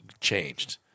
changed